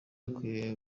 bakwiye